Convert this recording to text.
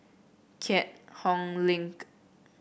Keat Hong Link